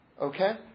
Okay